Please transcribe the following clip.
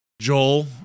Joel